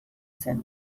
zen